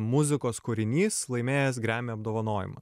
muzikos kūrinys laimėjęs grammy apdovanojimą